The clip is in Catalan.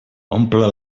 omple